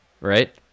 right